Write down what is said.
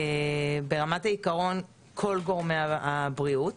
ברמת העיקרון, כל גורמי הבריאות.